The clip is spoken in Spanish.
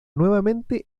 nuevamente